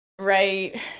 Right